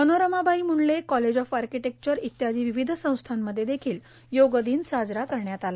Manoramabai Mundle College of Architecture इत्यादी विविध संस्थांमध्ये देखिल योगदिन साजरा करण्यात आला